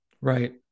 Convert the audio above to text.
Right